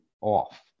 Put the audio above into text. off